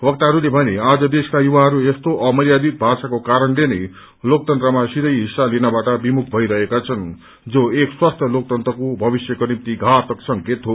वक्ताहरूले भने आज देशका युवाहरू यस्तो अमर्यादित भाषाको कारणले नै लोकतन्त्रमा सीधै हिस्सा लिनबाट विमुख भइरहेका छन् जो एक स्वस्थ्य लोकतन्त्रको भविष्यको निम्ति घातक संकेत हो